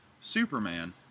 Superman